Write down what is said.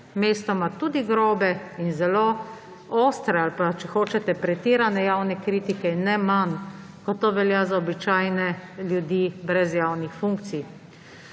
mestoma tudi grobe in zelo ostre ali pa, če hočete, pretirane, javne kritike, ne manj, kot to velja za običajne ljudi brez javnih funkcij.